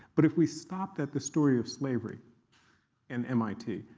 but if we stopped at the story of slavery and mit,